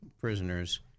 prisoners